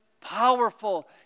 powerful